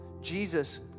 Jesus